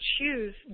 choose